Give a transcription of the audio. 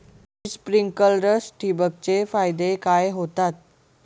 Sprinklers ठिबक चे फायदे काय होतात?